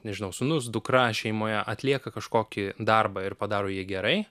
nežinau sūnus dukra šeimoje atlieka kažkokį darbą ir padaro jį gerai